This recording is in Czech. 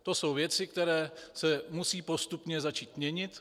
To jsou věci, které se musí postupně začít měnit.